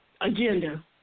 agenda